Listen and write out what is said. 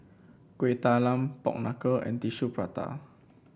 Kueh Talam Pork Knuckle and Tissue Prata